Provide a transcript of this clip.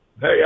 Hey